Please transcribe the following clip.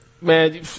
man